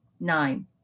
Nine